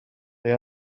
they